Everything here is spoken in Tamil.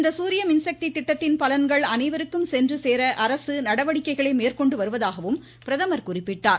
இந்த சூரிய மின்சக்தி திட்டத்தின் பலன்கள் அனைவருக்கும் சென்று சேர அரசு நடவடிக்கைகளை மேற்கொண்டு வருவதாகவும் பிரதமர் குறிப்பிட்டார்